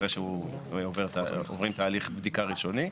אחרי שעוברים תהליך בדיקה ראשוני.